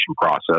process